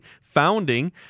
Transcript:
founding